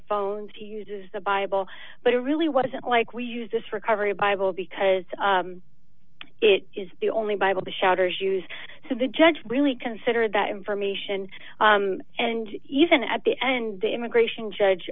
phones to uses the bible but it really wasn't like we use this recovery bible because it is the only bible the shutters used so the judge really considered that information and even at the end the immigration judge